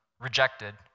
rejected